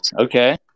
Okay